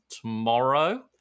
tomorrow